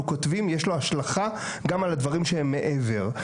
כותבים יש לו השלכה גם על הדברים שהם מעבר.